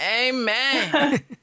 amen